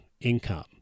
income